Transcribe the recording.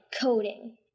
coding